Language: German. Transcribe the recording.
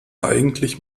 eigentlich